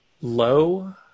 low